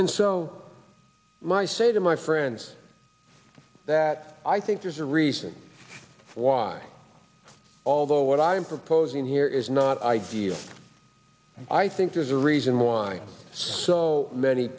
and so my say to my friends that i think there's a reason why although what i'm proposing here is not ideal i think there's a reason why so many